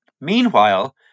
meanwhile